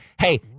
Hey